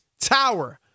Tower